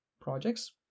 projects